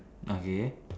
okay